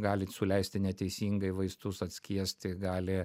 gali suleisti neteisingai vaistus atskiesti gali